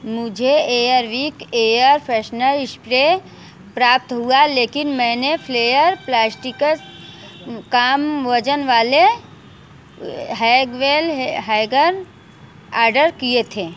मुझे Airwick air freshener spray प्राप्त हुआ लेकिन मैंने फ्लेयर प्लास्टिकस कम वजन वाले हैगवेल हैगन आर्डर किए थे